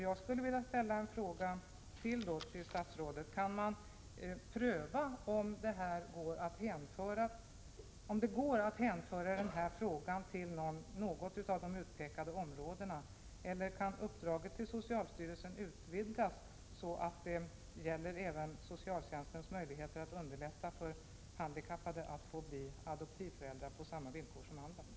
Jag vill fråga statsrådet: Kan man pröva om det går att hänföra den här frågan till något av de utpekade områdena, eller kan uppdraget till socialstyrelsen utvidgas, så att det även gäller socialtjänstens möjligheter att underlätta för handikappade att få bli adoptivföräldrar på samma villkor som andra?